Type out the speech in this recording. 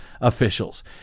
officials